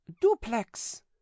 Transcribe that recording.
duplex